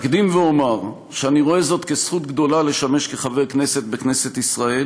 אקדים ואומר שאני רואה זאת כזכות גדולה לשמש חבר כנסת בכנסת ישראל,